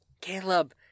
Caleb